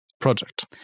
project